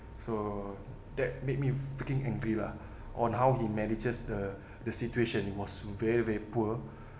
so that made me freaking angry lah on how he manages the the situation it was very very poor